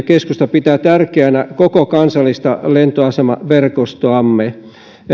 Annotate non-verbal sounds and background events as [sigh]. [unintelligible] keskusta pitää tärkeänä koko kansallista lentoasemaverkostoamme